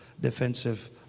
defensive